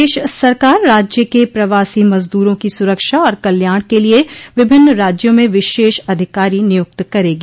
प्रदेश सरकार राज्य के प्रवासी मजदूरों की सुरक्षा और कल्याण के लिए विभिन्न राज्यों में विशेष अधिकारी नियुक्त करेगी